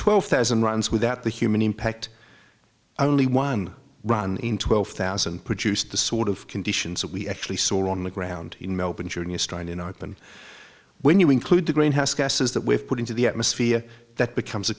twelve thousand runs without the human impact only one run in twelve thousand produced the sort of conditions that we actually saw on the ground in melbourne during is trying to not been when you include the greenhouse gases that we've put into the atmosphere that becomes